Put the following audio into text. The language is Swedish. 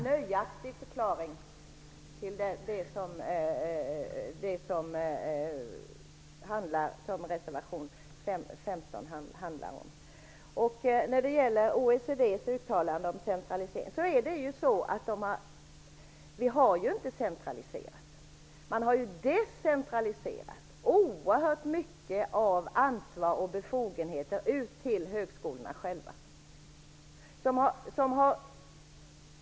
Fru talman! Jag bad om en nöjaktig förklaring till det som reservation 15 handlar om. När det gäller OECD:s uttalande om centralisering vill jag säga att vi inte har centraliserat. Vi har decentraliserat en stor del av ansvaret och befogenheterna till högskolorna själva.